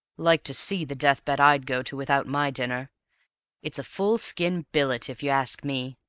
like to see the death-bed i'd go to without my dinner it's a full-skin billet, if you ask me.